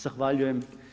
Zahvaljujem.